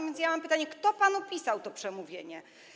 A więc ja mam pytanie: Kto panu pisał to przemówienie?